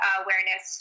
awareness